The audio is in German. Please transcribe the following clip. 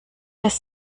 das